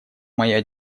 моя